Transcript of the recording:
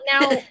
now